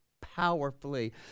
powerfully